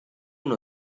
know